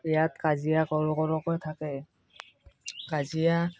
ইয়াত কাজিয়া কৰোঁ কৰোঁকে থাকে কাজিয়া